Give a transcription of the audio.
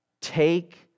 Take